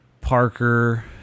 parker